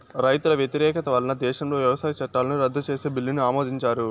రైతుల వ్యతిరేకత వలన దేశంలో వ్యవసాయ చట్టాలను రద్దు చేసే బిల్లును ఆమోదించారు